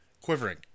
quivering